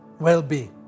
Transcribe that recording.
well-being